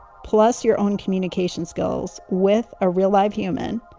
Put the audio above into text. plus your own communication skills with a real live human.